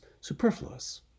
superfluous